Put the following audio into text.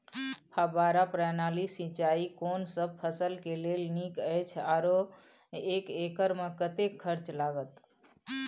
फब्बारा प्रणाली सिंचाई कोनसब फसल के लेल नीक अछि आरो एक एकर मे कतेक खर्च लागत?